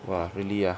!wah! really ah